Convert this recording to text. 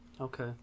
Okay